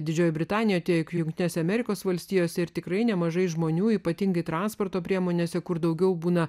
didžioji britanija tiek jungtinėse amerikos valstijose ir tikrai nemažai žmonių ypatingai transporto priemonėse kur daugiau būna